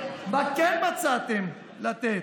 מה כן מצאתם שאפשר לתת: